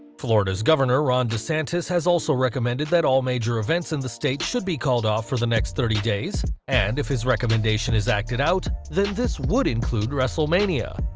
florida's governor ron desantis has also recommended that all major events in the state should be called off for the next thirty days, and if his recommendation is acted out, then this would include wrestlemania.